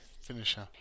Finisher